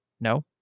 No